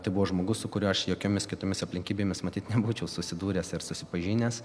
tai buvo žmogus su kuriuo aš jokiomis kitomis aplinkybėmis matyt nebūčiau susidūręs ir susipažinęs